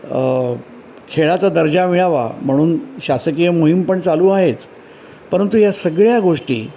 खेळाचा दर्जा मिळावा म्हणून शासकीय मुहीम पण चालू आहेच परंतु या सगळ्या गोष्टी